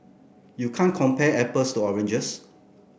you can't compare apples to oranges